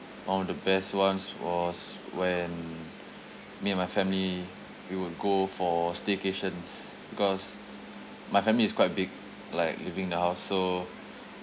one of the best ones was when me and my family we would go for staycations because my family is quite big like leaving the house so